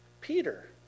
Peter